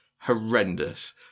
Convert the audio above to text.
horrendous